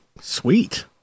Sweet